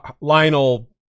Lionel